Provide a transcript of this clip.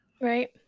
Right